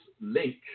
Link